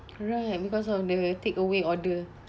right because of the takeaway order